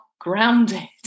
Grounded